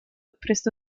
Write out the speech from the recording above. prestò